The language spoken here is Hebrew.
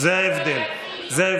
אני בטוח שתצטרפי אליי לקריאה ליועצת